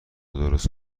درست